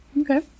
Okay